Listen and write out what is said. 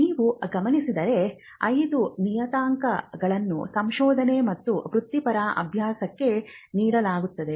ನೀವು ಗಮನಿಸಿದರೆ ಐದು ನಿಯತಾಂಕಗಳನ್ನು ಸಂಶೋಧನೆ ಮತ್ತು ವೃತ್ತಿಪರ ಅಭ್ಯಾಸಕ್ಕೆ ನೀಡಲಾಗುತ್ತದೆ